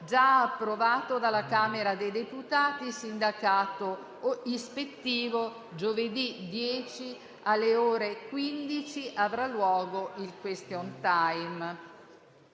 già approvato dalla Camera dei deputati; sindacato ispettivo. Giovedì 10 settembre, alle ore 15, avrà luogo il *question time*.